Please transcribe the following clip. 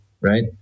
right